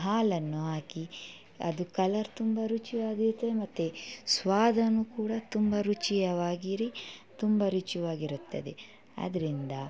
ಹಾಲನ್ನು ಹಾಕಿ ಅದು ಕಲರ್ ತುಂಬ ರುಚಿಯಾಗುತ್ತೆ ಮತ್ತೆ ಸ್ವಾದವು ಕೂಡ ತುಂಬ ರುಚಿಯಾಗಿರಿ ತುಂಬ ರುಚಿಯಾಗಿರುತ್ತದೆ ಅದರಿಂದ